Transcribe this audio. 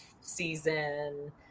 season